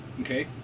okay